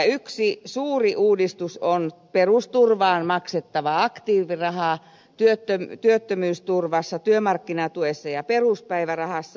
yksi suuri uudistus on perusturvaan maksettava aktiiviraha työttömyysturvassa työmarkkinatuessa ja peruspäivärahassa